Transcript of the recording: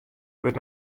wurdt